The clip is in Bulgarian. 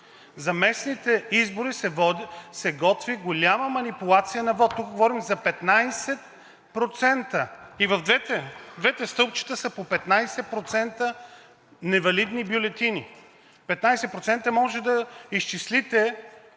За местните избори се готви голяма манипулация на вота. Тук говорим за 15% – и двете стълбчета са по 15% невалидни бюлетини. Можете да изчислите